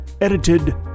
edited